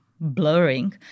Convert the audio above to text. blurring